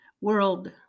World